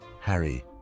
Harry